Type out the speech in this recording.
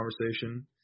conversation